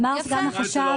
אמר סגן החשב,